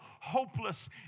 hopeless